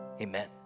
Amen